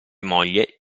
moglie